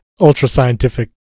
ultra-scientific